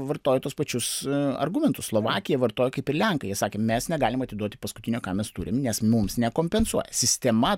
vartoja tuos pačius argumentus slovakija vartoja kaip ir lenkai jie sakė mes negalim atiduoti paskutinio ką mes turim nes mums nekompensuoja sistema